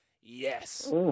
Yes